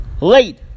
Late